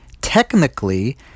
technically